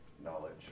knowledge